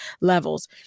levels